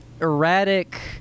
erratic